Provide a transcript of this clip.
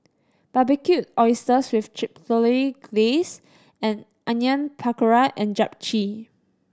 Barbecued Oysters with Chipotle Glaze and Onion Pakora and Japchae